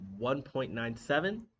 1.97